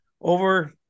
over